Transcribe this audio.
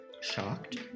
shocked